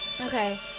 Okay